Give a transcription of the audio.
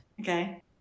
Okay